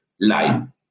line